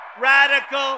radical